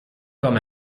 kwam